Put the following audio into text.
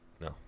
No